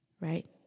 right